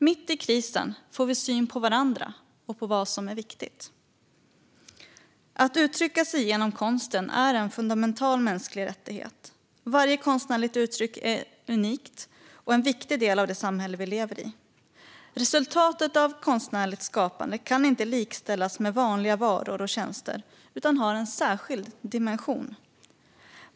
Mitt i krisen får vi syn på varandra och på vad som är viktigt. Att uttrycka sig genom konsten är en fundamental mänsklig rättighet. Varje konstnärligt uttryck är unikt och en viktig del av det samhälle vi lever i. Resultatet av konstnärligt skapande kan inte likställas med vanliga varor och tjänster utan har en särskild dimension.